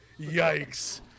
Yikes